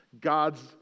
God's